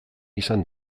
izan